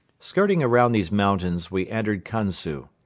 skirting around these mountains we entered kansu.